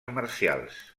marcials